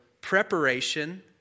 preparation